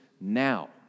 now